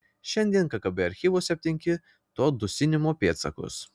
šiandien kgb archyvuose aptinki to dusinimo pėdsakus